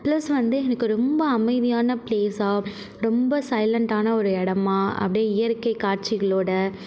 plus வந்து எனக்கு ரொம்ப அமைதியான ப்லேஸாக ரொம்ப சைலன்ட்டான ஒரு இடமா அப்படே இயற்கை காட்சிகளோட